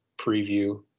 preview